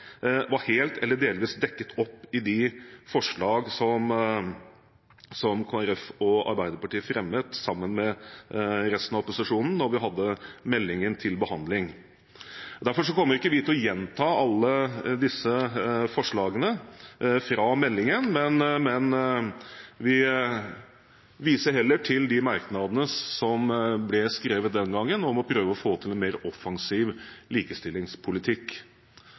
var helt eller delvis dekket opp i de forslag som Kristelig Folkeparti og Arbeiderpartiet fremmet sammen med resten av opposisjonen da vi hadde meldingen til behandling. Derfor kommer vi ikke til å gjenta alle de forslagene som ble fremmet i forbindelse med meldingen, men heller vise til de merknadene som ble skrevet den gangen – om å prøve å få til en mer offensiv likestillingspolitikk